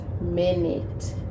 minute